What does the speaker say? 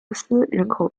斯人口